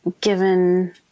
given